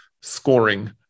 scoring